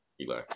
Eli